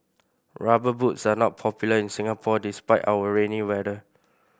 rubber boots are not popular in Singapore despite our rainy weather